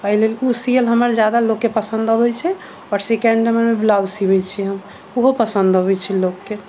एहि लेल ओ सियल हमर जादा लोकके पसन्द अबै छै आओर सेकंड मे ब्लाउज सिबै छियै हम ओहो पसन्द अबै छै लोकके